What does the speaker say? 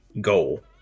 goal